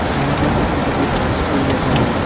ഏഴാം ക്ലാസിൽ പഠിക്കുന്നവരാണ് സ്കൂൾ ലീഡർ ആവുക